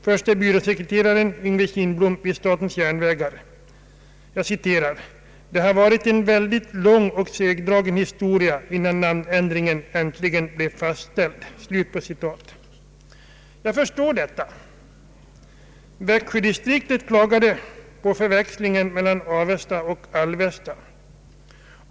Förste byråsekreteraren Yngve Kindblom vid statens järnvägar uttalade: »Det har varit en väldigt lång och segdragen historia innan namnändringen äntligen blev fastställd.« Jag förstår detta. Växjödistriktet klagade på förväxlingen mellan Avesta och Alvesta.